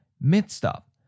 mid-stop